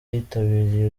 yitabiriye